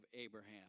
Abraham